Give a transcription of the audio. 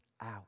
Out